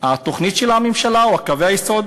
התוכנית של הממשלה או קווי היסוד?